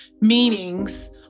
meanings